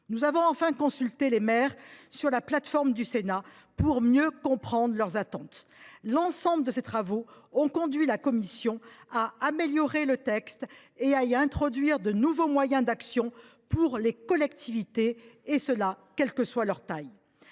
Nous avons, enfin, consulté les maires la plateforme du Sénat pour mieux comprendre leurs attentes. L’ensemble de ces travaux ont conduit la commission à améliorer le texte et à y introduire de nouveaux moyens d’action pour les collectivités, quelle que soit leur taille.